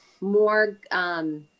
more